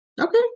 okay